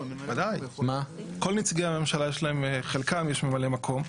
ודאי, כל נציגי הממשלה, לחלקם יש ממלא מקום.